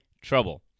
trouble